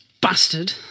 Bastard